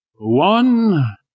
One